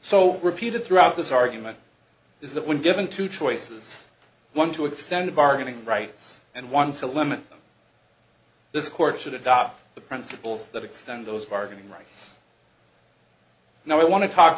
so repeated throughout this argument is that when given two choices one to extend bargaining rights and one to limit this court should adopt the principles that extend those bargaining rights now i want to talk